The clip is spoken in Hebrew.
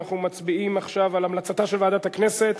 אנחנו מצביעים עכשיו על המלצתה של ועדת הכנסת